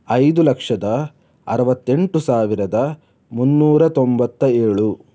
ಐದು ಲಕ್ಷದ ಅರುವತ್ತೆಂಟು ಸಾವಿರದ ಮುನ್ನೂರ ತೊಂಬತ್ತ ಏಳು